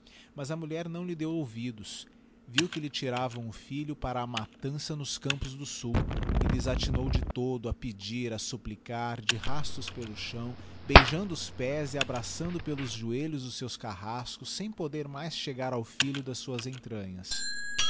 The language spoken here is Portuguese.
mas a mulher não lhe deu ouvidos viu que lhe tiravam o filho para a matança nos campos do sul e desatinou de todo a pedir a supplicar de rastos pelo chão beijando os pés e abraçando pelos joelhos os seus carrascos sem poder mais chegar ao filho das suas entranhas